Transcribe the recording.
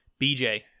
BJ